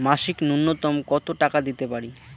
মাসিক নূন্যতম কত টাকা দিতে পারি?